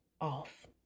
off